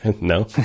no